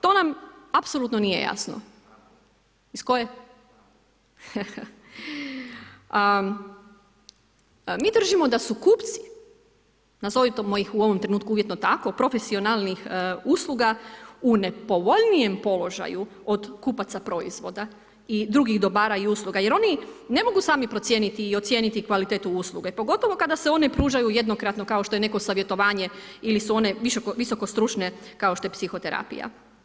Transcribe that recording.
To nam apsolutno nije jasno iz koje, mi držimo da su kupci, nazovemo ih u ovom trenutku uvjetno tako, profesionalnih usluga u profesionalnih usluga u nepovoljnijem položaju od kupaca proizvoda i drugih dobara i usluga jer oni ne mogu sami procijeniti i ocijeniti kvalitetu usluge, pogotovo kada su one pružaju jednokratno kao što j neko savjetovanje ili su one visokostručne kao što je psihoterapija.